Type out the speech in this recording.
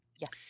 yes